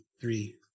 three